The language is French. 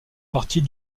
partie